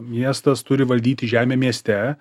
miestas turi valdyti žemę mieste